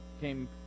came